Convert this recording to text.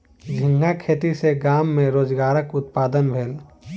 झींगा खेती सॅ गाम में रोजगारक उत्पादन भेल